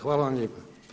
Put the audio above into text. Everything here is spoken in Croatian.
Hvala vam lijepa.